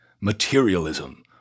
materialism